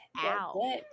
Ow